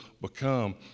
become